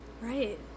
right